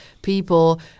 people